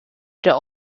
der